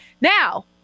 Now